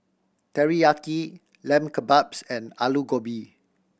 Teriyaki Lamb Kebabs and Alu Gobi